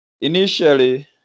initially